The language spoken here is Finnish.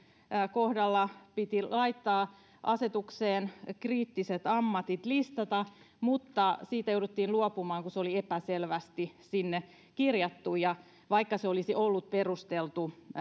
kohdalla piti listata asetukseen kriittiset ammatit mutta siitä jouduttiin luopumaan kun se oli epäselvästi sinne kirjattu vaikka se olisi ollut perusteltu